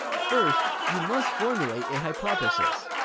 first, you must formulate a hypothesis.